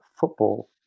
football